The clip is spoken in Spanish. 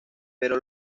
pero